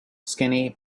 skinny